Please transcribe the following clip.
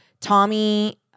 Tommy